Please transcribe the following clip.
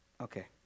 Okay